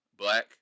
Black